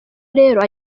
rero